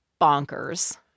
bonkers